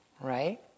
right